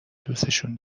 دوسشون